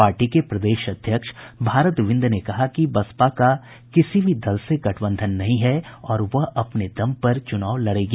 party के प्रदेश अध्यक्ष भारत बिंद ने कहा कि बसपा का किसी भी दल से गठबंधन नहीं है और वह अपने दम पर चुनाव लड़ेगी